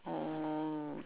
oh